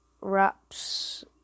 wraps